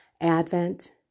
Advent